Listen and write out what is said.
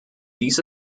dies